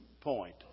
point